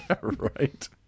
Right